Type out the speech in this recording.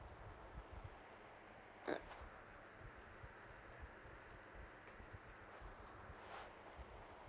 mm